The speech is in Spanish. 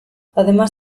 además